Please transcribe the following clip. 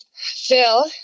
Phil